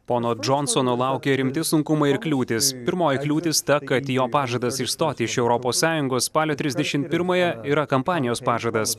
pono džonsono laukia rimti sunkumai ir kliūtys pirmoji kliūtis ta kad jo pažadas išstoti iš europos sąjungos spalio trisdešim pirmąją yra kampanijos pažadas